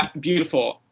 beautiful.